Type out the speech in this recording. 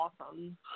awesome